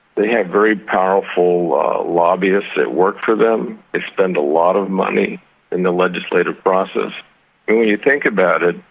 they have very powerful lobbyists that work for them, they spend a lot of money in the legislative process and when you think about it,